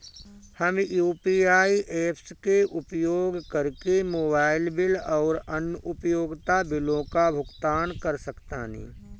हम UPI apps के उपयोग करके मोबाइल बिल आउर अन्य उपयोगिता बिलों का भुगतान कर सकतानी